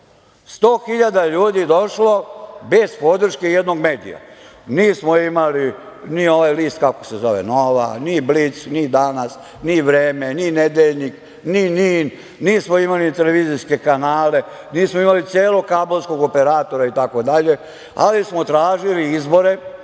hiljada ljudi je došlo, bez podrške jednog medija. Nismo imali ni ovaj list, kako se zove, „Nova“, ni „Blic“, ni „Danas“, ni „Vreme“, ni „Nedeljnik“, ni „NIN“, nismo imali ni televizijske kanale, nismo imali celog kablovskog operatora, itd, ali smo tražili izbore.